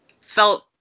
felt